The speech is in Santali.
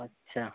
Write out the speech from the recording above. ᱟᱪᱪᱷᱟ